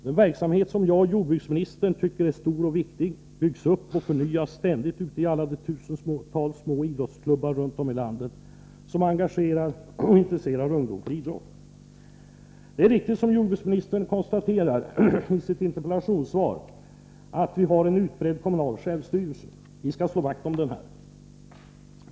Den verksamhet som jag och jordbruksministern tycker är stor och viktig byggs upp och förnyas ständigt ute i alla de tusentals små idrottsklubbar runt om i landet som engagerar och intresserar ungdom för idrott. Det är riktigt, som jordbruksministern konstaterar i sitt interpellationssvar, att vi har en utbredd kommunal självstyrelse. Vi skall slå vakt om denna.